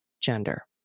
gender